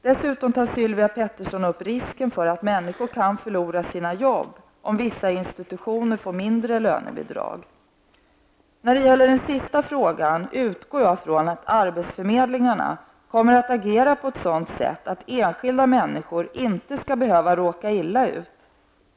Dessutom tar Sylvia Pettersson upp risken för att människor kan förlora sina jobb, om vissa institutioner får mindre lönebidrag. När det gäller den sista frågan utgår jag från att arbetsförmedlingarna kommer att agera på ett sådant sätt att enskilda människor inte skall behöva råka illa ut.